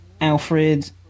Alfred